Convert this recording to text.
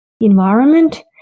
environment